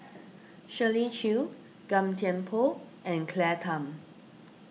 Shirley Chew Gan Thiam Poh and Claire Tham